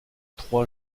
trois